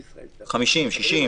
אני לא צריך לטעון בשם לשכת עורכי הדין.